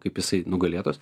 kaip jisai nugalėtojas